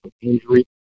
injury